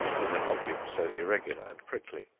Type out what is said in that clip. with an object so irregular and prickly.